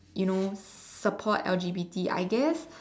you know support L_G_B_T I guess